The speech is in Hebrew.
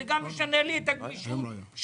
זה גם משנה לי את הגמישות שלי